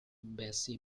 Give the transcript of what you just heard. bessie